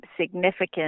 significant